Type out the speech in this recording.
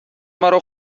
مارو